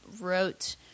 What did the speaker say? wrote